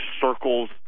circles